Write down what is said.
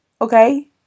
okay